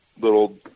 little